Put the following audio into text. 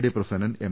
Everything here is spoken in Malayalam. D Prasenan M